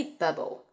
bubble